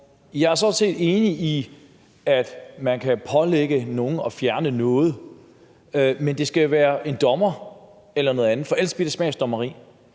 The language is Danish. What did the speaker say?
Jeg er sådan set enig i, at man kan pålægge nogen at fjerne noget, men det skal jo være f.eks. en dommer, der gør det, for ellers bliver det smagsdommeri,